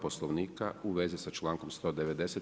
Poslovnika u vezi sa člankom 190.